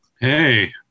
hey